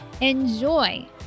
Enjoy